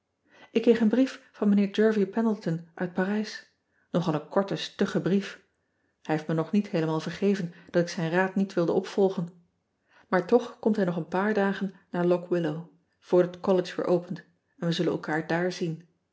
k kreeg een brief van ijnheer ervie endleton uit arijs nogal een korte stugge brief ij heeft me nog niet heelemaal vergeven dat ik zijn raad niet wilde opvolgen aar toch komt hij nog een paar dagen naar ock illow voordat ollege weer opent en we zullen elkaar daar zien